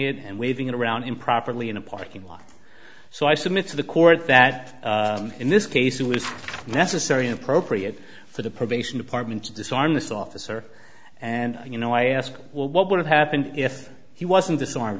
it and waving it around improperly in a parking lot so i submit to the court that in this case it was necessary and appropriate for the probation department to disarm this officer and you know i ask what would have happened if he wasn't disarmed